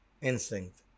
instinct